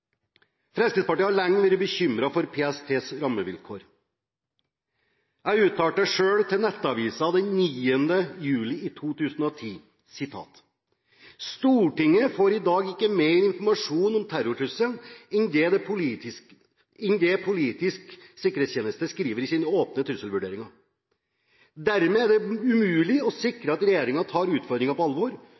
Fremskrittspartiet har lenge vært bekymret for PSTs rammevilkår. Jeg uttalte selv til Nettavisen den 9. juli i 2010: «Stortinget får i dag ikke mer informasjon om terrortrusselen enn det Politiets sikkerhetstjeneste skriver i sin åpne trusselvurdering. Dermed er det umulig å sikre at regjeringen tar utfordringene på alvor,